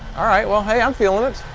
alright well hey i'm feeling it.